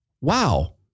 wow